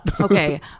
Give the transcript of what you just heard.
Okay